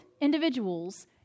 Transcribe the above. individuals